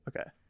Okay